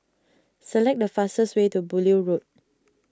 select the fastest way to Beaulieu Road